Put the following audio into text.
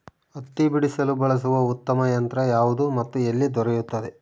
ಹತ್ತಿ ಬಿಡಿಸಲು ಬಳಸುವ ಉತ್ತಮ ಯಂತ್ರ ಯಾವುದು ಮತ್ತು ಎಲ್ಲಿ ದೊರೆಯುತ್ತದೆ?